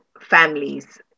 families